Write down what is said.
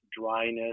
dryness